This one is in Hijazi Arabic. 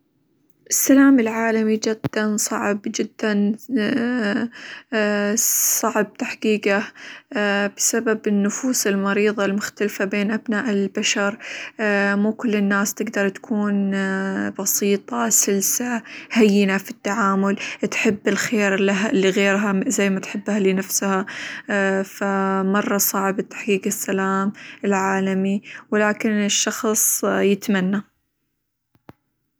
السلام العالمي جدًا صعب جدًا صعب تحقيقه؛ بسبب النفوس المريظة المختلفة بين أبناء البشر، مو كل الناس تقدر تكون بسيطة، سلسة، هينة في التعامل، تحب الخير -لها- لغيرها زي ما تحبه لنفسها، فمرة صعب تحقيق السلام العالمي، ولكن الشخص يتمنى.